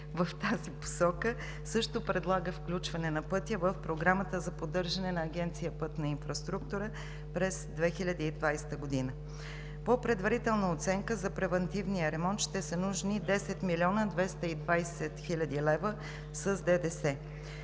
в тази посока, който също предлага включване на пътя в Програмата за поддържане на Агенция „Пътна инфраструктура“ през 2020 г. По предварителна оценка за превантивния ремонт ще са нужни 10 млн. 220 хил. лв. с ДДС.